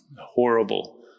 horrible